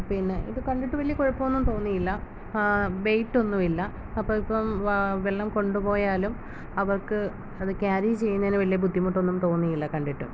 പിന്നെ ഇത് കണ്ടിട്ട് വലിയ കുഴപ്പമൊന്നും തോന്നിയില്ല വെയ്റ്റ് ഒന്നുമില്ല അപ്പം ഇപ്പം വെ വെള്ളം കൊണ്ടുപോയാലും അവർക്ക് അത് ക്യാരി ചെയ്യുന്നതിന് വലിയ ബുദ്ധിമുട്ടൊന്നും തോന്നിയില്ല കണ്ടിട്ട്